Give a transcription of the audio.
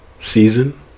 season